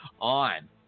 on